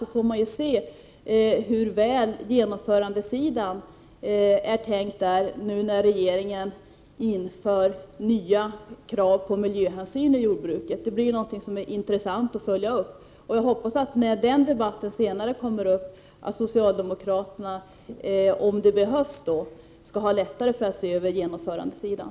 Man får se hur väl genomtänkt genomförandesidan där är när regeringen nu inför nya krav på miljöhänsyn i jordbruket — det skall bli intressant att följa upp. När den frågan senare kommer upp till debatt hoppas jag att socialdemokraterna, om det behövs, skall ha lättare för att se över genomförandesidan.